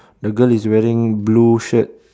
the girl is wearing blue shirt